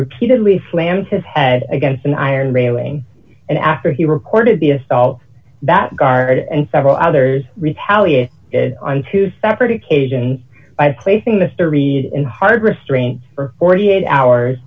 repeatedly slammed his head against an iron railing and after he recorded the assault that guard and several others retaliated on two separate occasions by placing the story in hard restraints for forty eight hours